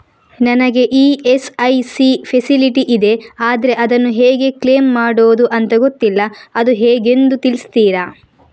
ನನಗೆ ESIC facility ಇದೆ ಆದ್ರೆ ಅದನ್ನು ಹೇಗೆ ಕ್ಲೇಮ್ ಮಾಡೋದು ಅಂತ ಗೊತ್ತಿಲ್ಲ ಅದು ಹೇಗೆಂದು ತಿಳಿಸ್ತೀರಾ?